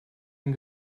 ein